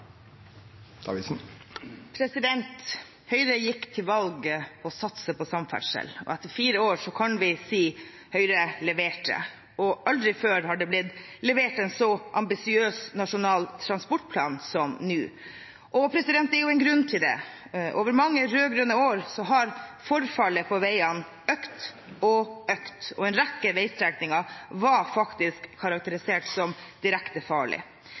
skje. Høyre gikk til valg på å satse på samferdsel. Etter fire år kan vi si: Høyre leverte. Aldri før har det blitt levert en så ambisiøs Nasjonal transportplan som nå, og det er en grunn til det. Over mange rød-grønne år har forfallet på veiene økt og økt, og en rekke veistrekninger var faktisk karakterisert som direkte